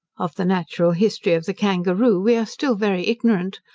of the natural history of the kangaroo we are still very ignorant.